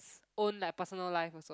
own like personal life also